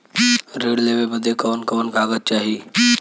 ऋण लेवे बदे कवन कवन कागज चाही?